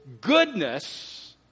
goodness